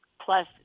Plus